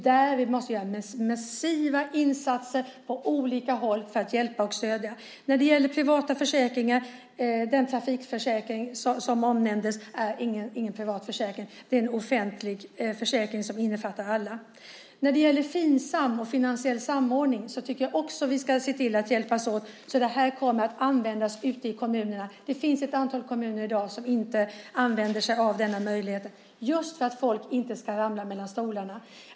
Där måste vi göra massiva insatser av olika slag för att hjälpa och stödja. LiseLotte Olsson talade om privata försäkringar. Den trafikförsäkring som hon nämnde är ingen privat försäkring. Den är en offentlig försäkring som innefattar alla. Även när det gäller Finsam, finansiell samordning, tycker jag att vi ska hjälpas åt så att det kommer att användas ute i kommunerna. Det finns i dag ett antal kommuner som inte använder denna möjlighet som ska motverka att folk ramlar mellan stolarna.